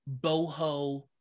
boho